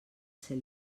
ser